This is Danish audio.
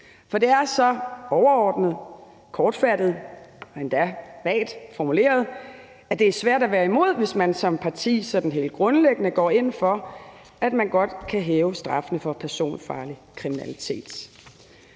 For det er så overordnet, kortfattet og endda vagt formuleret, at det er svært at være imod, hvis man som parti sådan helt grundlæggende går ind for, at man godt kan hæve straffen for personfarlig kriminalitet.